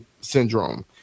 syndrome